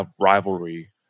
rivalry